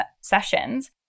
sessions